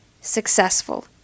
successful